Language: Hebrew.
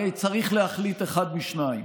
הרי צריך להחליט אחד משניים: